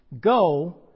go